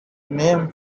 name